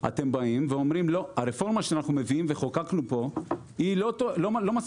אתם אומרים: הרפורמה שאנחנו מביאים וחוקקנו פה היא לא מספיקה.